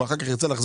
יוכל לחזור